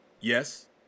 Yes